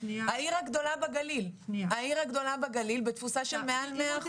העיר הגדולה בגליל בתפוסה של מעל מאה אחוזים.